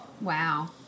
Wow